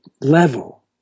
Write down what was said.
level